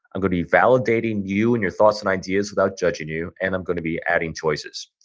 i'm going to be validating you and your thoughts and ideas without judging you. and i'm going to be adding choices.